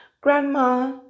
Grandma